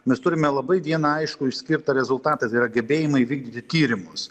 mes turime labai vieną aiškų išskirtą rezultatą tai yra gebėjimą įvykdyti tyrimus